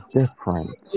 different